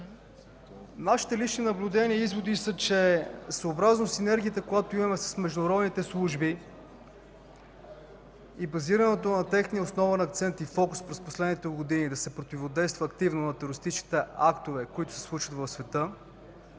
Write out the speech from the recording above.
Нашите лични наблюдения и изводи, че съобразно синергията, която имаме с международните служби и базирането на техния основен акцент и фокус през последните години – да се противодейства активно на терористичните актове, които се случват в света,